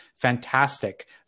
fantastic